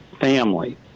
family